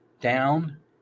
down